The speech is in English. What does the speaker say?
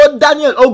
daniel